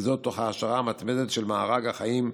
וזאת תוך העשרה מתמדת של מארג החיים,